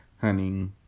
Honey